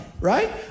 right